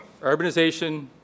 urbanization